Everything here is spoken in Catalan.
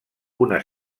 una